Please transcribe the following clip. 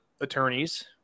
attorneys